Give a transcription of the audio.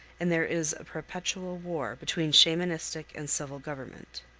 and there is a perpetual war between shamanistic and civil government.